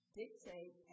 dictate